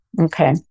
Okay